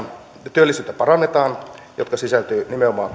työllisyyttä parannetaan jotka sisältyvät nimenomaan